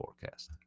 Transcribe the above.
forecast